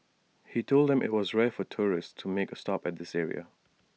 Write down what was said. he told them that IT was rare for tourists to make A stop at this area